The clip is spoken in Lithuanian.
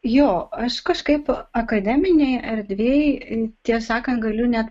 jo aš kažkaip akademinėj erdvėj ir tiesą sakant galiu net